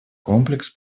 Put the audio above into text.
комплекс